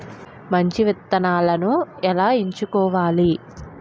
మంచి విత్తనాలను ఎలా ఎంచుకోవాలి?